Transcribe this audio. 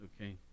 Okay